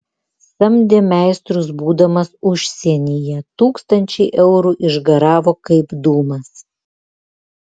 samdė meistrus būdamas užsienyje tūkstančiai eurų išgaravo kaip dūmas